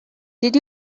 did